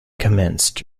commenced